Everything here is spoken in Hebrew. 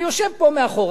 אני יושב פה מאחור,